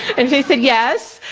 and they said yes.